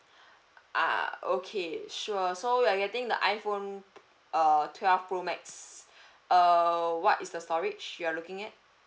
ah okay sure so you're getting the iPhone err twelve pro max uh what is the storage you are looking at